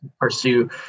pursue